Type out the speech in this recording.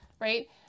right